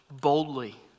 boldly